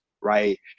right